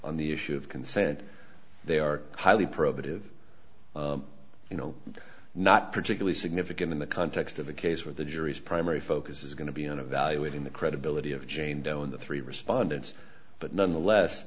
on the issue of consent they are highly probative you know not particularly significant in the context of a case where the jury's primary focus is going to be on evaluating the credibility of jane doe and the three respondents but nonetheless